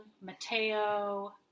Mateo